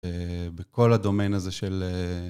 אה... בכל הדומיין הזה של...